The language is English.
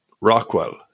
Rockwell